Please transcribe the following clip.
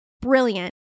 brilliant